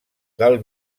del